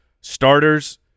starters